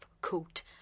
coat